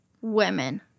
women